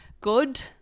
Good